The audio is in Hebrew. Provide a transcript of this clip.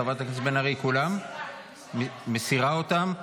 חברת הכנסת בן ארי, את מסירה את כולן?